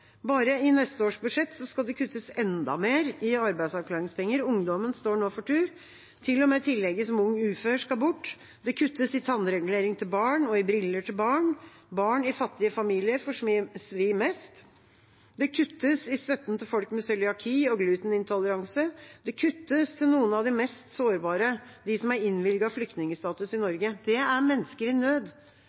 Bare i neste års budsjett skal det kuttes enda mer i arbeidsavklaringspenger. Ungdommen står nå for tur. Til og med tillegget som ung ufør skal bort. Det kuttes i tannregulering til barn og i briller til barn. Barn i fattige familier får svi mest. Det kuttes i støtten til folk med cøliaki og glutenintoleranse. Det kuttes til noen av de mest sårbare, de som er innvilget flyktningstatus i Norge. Det er mennesker i nød,